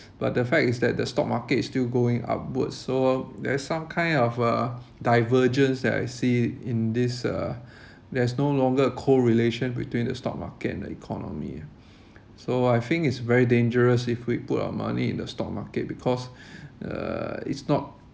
but the fact is that the stock market is still going upwards so there's some kind of a divergence that I see in this uh there's no longer a correlation between the stock market and the economy so I think it's very dangerous if we put our money in the stock market because uh it's not